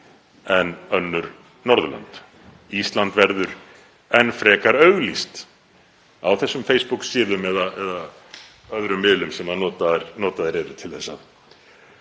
en önnur Norðurlönd. Ísland verður enn frekar auglýst á þessum Facebook-síðum eða öðrum miðlum sem notaðir eru til þess að